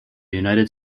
united